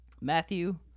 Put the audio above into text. Matthew